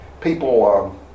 people